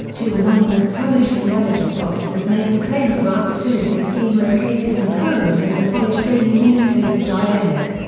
two anonymous polish intelligence officers made the claims about facilities being located in poland in the polish daily newspaper dziennik.